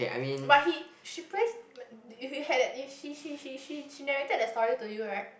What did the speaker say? but he she praise we had that she she she she she she narrated that story to you right